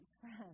friends